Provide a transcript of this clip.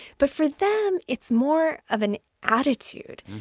but for them it's more of an attitude.